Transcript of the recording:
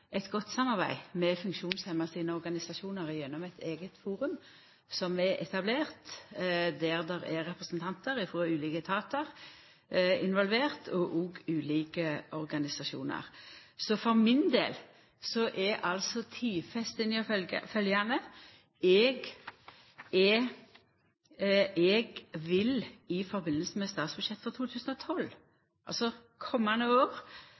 eit godt samarbeid med dei funksjonshemma sine organisasjonar gjennom eit eige forum som er etablert, der det er representantar frå ulike etatar involverte, og også ulike organisasjonar. Så for min del er tidfestinga følgjande: Eg vil i